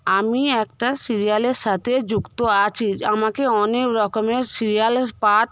আমি একটা সিরিয়ালের সাথে যুক্ত আছি আমাকে অনেকরকমের সিরিয়ালের পার্ট